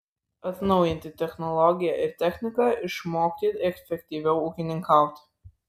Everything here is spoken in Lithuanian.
atnaujinti technologiją ir techniką išmokti efektyviau ūkininkauti